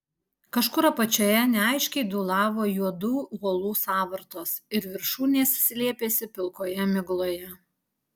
kažkur apačioje neaiškiai dūlavo juodų uolų sąvartos ir viršūnės slėpėsi pilkoje migloje